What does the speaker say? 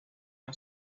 una